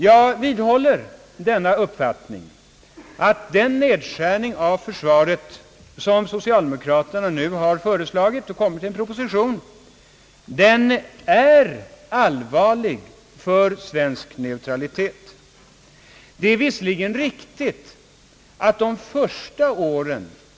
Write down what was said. Jag vidhåller uppfattningen att den nedskärning av försvaret som socialdemokraterna nu har föreslagit i en proposition är allvarlig för svensk neutralitet. Statsminister Erlander talade om fyra år.